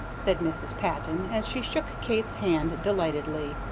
said mrs. patton, as she shook kate's hand delightedly.